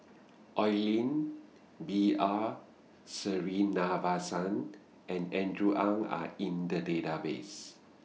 Oi Lin B R Sreenivasan and Andrew Ang Are in The Database